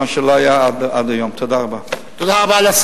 ויש לי עוד הרבה נתונים להגיד לכם,